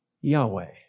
Yahweh